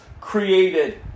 created